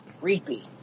creepy